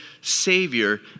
Savior